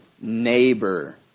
neighbor